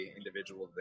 individual